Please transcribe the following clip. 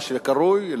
מה שקרוי,